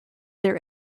their